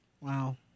wow